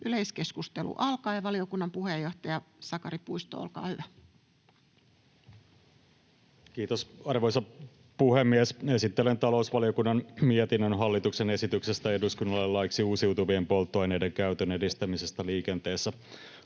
liikenteessä annetun lain 5 §:n muuttamisesta Time: 21:17 Content: Kiitos, arvoisa puhemies! Esittelen talousvaliokunnan mietinnön hallituksen esityksestä eduskunnalle laiksi uusiutuvien polttoaineiden käytön edistämisestä liikenteessä